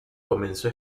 comenzó